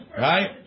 Right